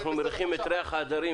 אנחנו מריחים את ריח ההדרים.